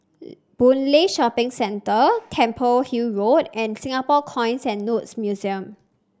Boon Lay Shopping Centre Temple Hill Road and Singapore Coins and Notes Museum